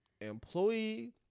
employee